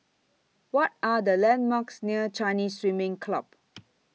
What Are The landmarks near Chinese Swimming Club